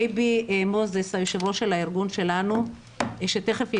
אייבי מוזס, היו"ר של הארגון שלנו שתיכף ידבר,